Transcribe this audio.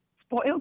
spoiled